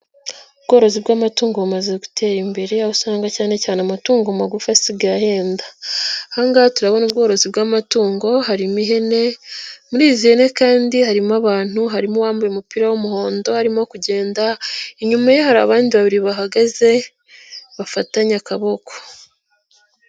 Ubworozi bw'amatungo bumaze gutera imbere aho usanga cyane cyane amatungo magufi asigaye ahenda aha ngaha turabona ubworozi bw'amatungo harimo ihene, muri izine kandi harimo abantu, harimo uwambaye umupira w'umuhondo arimo kugenda, inyuma ye hari abandi babiri bahagaze bafatanye akaboko.